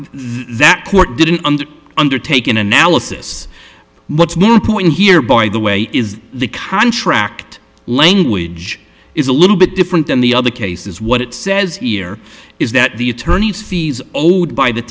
that court didn't under undertake an analysis what's the point here by the way is the contract language is a little bit different than the other cases what it says here is that the attorneys fees by the